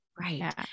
Right